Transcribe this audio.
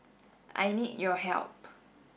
I need your help